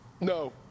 No